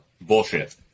Bullshit